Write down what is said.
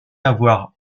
avoir